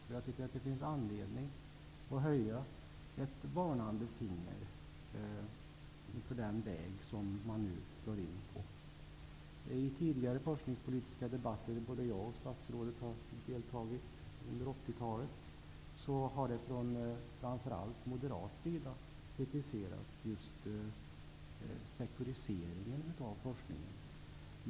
Jag tycker att det finns anledning att höja ett varnande finger när det gäller den väg som man nu slår in på. I tidigare forskningspolitiska debatter under 80-talet, i vilka både jag och statsrådet deltagit, har det framför allt från moderat sida framförts kritik mot just sektoriseringen av forskningen.